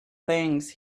things